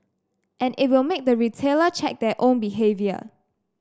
and it will make the retailer check their own behaviour